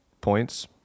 points